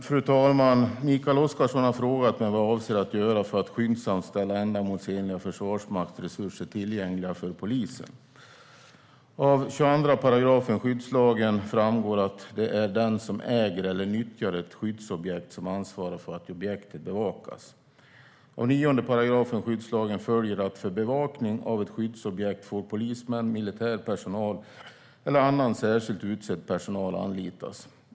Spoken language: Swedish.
Fru talman! Mikael Oscarsson har frågat mig vad jag avser att göra för att skyndsamt ställa ändamålsenliga försvarsmaktsresurser tillgängliga för polisen. Av 22 § skyddslagen framgår att det är den som äger eller nyttjar ett skyddsobjekt som ansvarar för att objektet bevakas. Av 9 § skyddslagen följer att för bevakning av ett skyddsobjekt får polismän, militär personal eller annan särskilt utsedd personal anlitas.